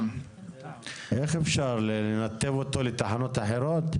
אפשר לנתב אותו לתחנות אחרות?